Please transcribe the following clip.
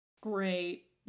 Great